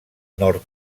nord